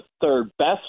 third-best